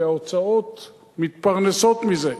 כי ההוצאות מתפרנסות מזה.